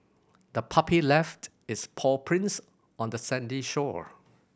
the puppy left its paw prints on the sandy shore